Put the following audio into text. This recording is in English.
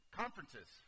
conferences